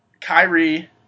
Kyrie